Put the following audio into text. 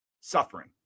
suffering